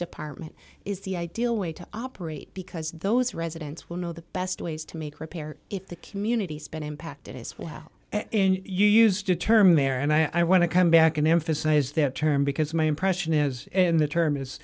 department is the ideal way to operate because those residents will know the best ways to make repair if the community's been impacted as well as in you used to term there and i want to come back and emphasize that term because my impression is in the term is